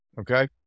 Okay